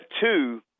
two